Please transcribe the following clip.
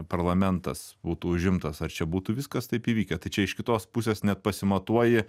parlamentas būtų užimtas ar čia būtų viskas taip įvykę tai čia iš kitos pusės net pasimatuoji